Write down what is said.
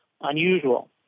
unusual